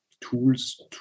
tools